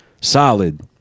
solid